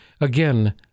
Again